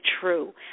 true